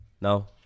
No